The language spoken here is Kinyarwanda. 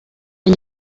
nka